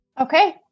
Okay